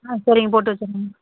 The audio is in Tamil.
ஆ போட்டு வச்சிறேங்க